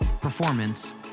performance